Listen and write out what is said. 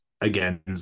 again